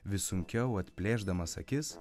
vis sunkiau atplėšdamas akis